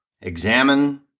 examine